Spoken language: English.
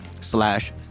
slash